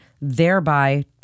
thereby